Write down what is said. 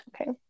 Okay